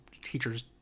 teachers